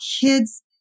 kids